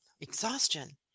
exhaustion